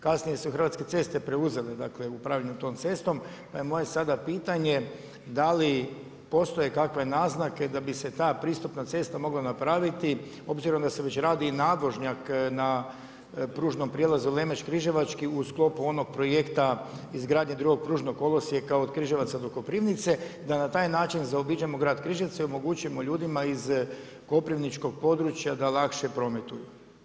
Kasnije se Hrvatske ceste preuzele dakle upravljanje tom cestom, pa je moje sada pitanje dal i postoje kakve naznake da bi se ta pristupna cesta mogla napraviti obzirom da se već radi i nadvožnjak na pružnom prijelazu Lemeš Križevački u sklopu onog projekta izgradnje drugog pružnog kolosijeka od Križevaca do Koprivnice, da na taj način zaobiđemo grad Križevce i omogućimo ljudima iz koprivničkog područja da lakše prometuju?